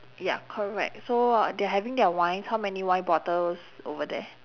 ya correct so uh they're having their wines how many wine bottles over there